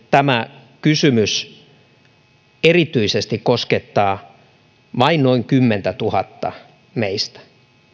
tämä kysymys koskettaa erityisesti vain noin kymmentätuhatta meistä